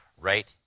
right